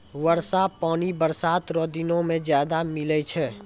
वर्षा पानी बरसात रो दिनो मे ज्यादा मिलै छै